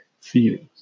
feelings